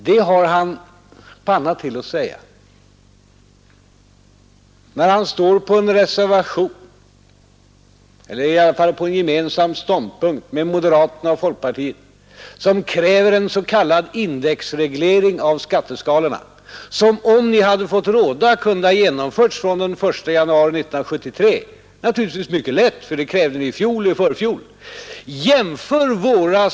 Det har han panna till att säga, när han tar ståndpunkt gemensamt med moderaterna och folkpartiet, som kräver en s.k. indexreglering av skatteskalorna. Om ni hade fått råda kunde den naturligtvis mycket lätt ha genomförts från den 1 januari 1973, för det krävde ni i fjol och i förfjol.